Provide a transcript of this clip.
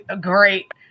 great